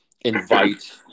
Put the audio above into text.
invite